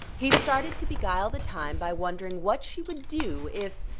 he started to beguile the time by wondering what she would do, if.